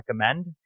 recommend